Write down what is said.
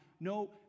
No